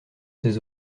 ses